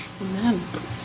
Amen